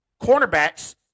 cornerbacks